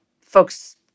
folks